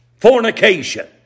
fornication